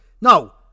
No